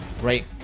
right